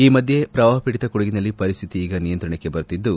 ಈ ಮಧ್ಯೆ ಪ್ರವಾಹ ಪೀಡಿತ ಕೊಡಿಗಿನಲ್ಲಿ ಪರಿಸ್ಥಿತಿ ಈಗ ನಿಯಂತ್ರಣಕ್ಕೆ ಬರುತ್ತಿದ್ದು